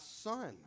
son